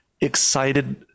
excited